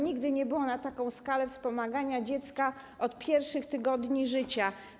Nigdy nie było na taką skalę wspomagania dziecka od pierwszych tygodni życia.